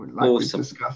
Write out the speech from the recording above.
Awesome